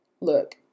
Look